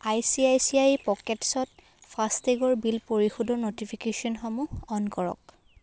I C I C I পকেটছ্ত ফাষ্টটেগৰ bill পৰিশোধৰ ন'টিফিকেশ্যনসমূহ অ'ন কৰক